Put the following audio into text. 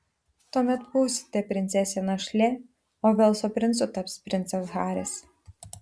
tuomet būsite princesė našlė o velso princu taps princas haris